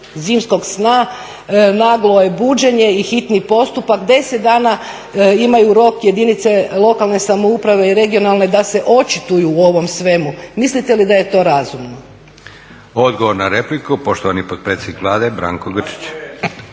zimskog sna, naglo je buđenje i hitni postupak. 10 dana imaju rok jedinice lokalne samouprave i regionalne da se očituju u ovom svemu. Mislite li da je to razumno? **Leko, Josip (SDP)** Odgovor na repliku poštovani potpredsjednik Vlade Granko Grčić.